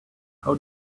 how